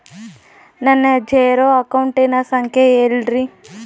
ನನ್ನ ಜೇರೊ ಅಕೌಂಟಿನ ಸಂಖ್ಯೆ ಹೇಳ್ರಿ?